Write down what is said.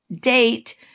date